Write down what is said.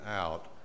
out